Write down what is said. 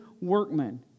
workmen